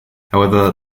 however